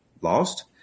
lost